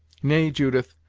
nay, judith,